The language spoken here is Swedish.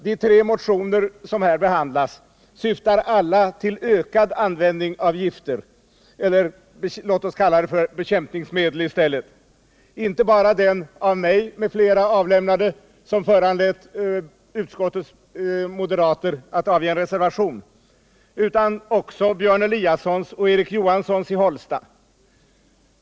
De tre motioner som här behandlas syftar alla till en ökning av användningen av gifter, eller låt oss i stället säga bekämpningsmedel. Detta gäller inte bara den av mig m.fl. avlämnade motionen, som föranlett utskottets moderater att reservera sig, utan också Björn Eliassons och Erik Johanssons i Hållsta.